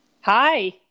Hi